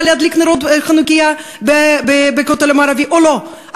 להדליק חנוכייה בכותל המערבי או לא,